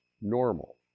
normal